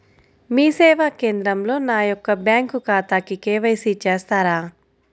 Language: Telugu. మీ సేవా కేంద్రంలో నా యొక్క బ్యాంకు ఖాతాకి కే.వై.సి చేస్తారా?